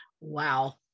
Wow